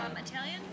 Italian